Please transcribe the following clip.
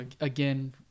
Again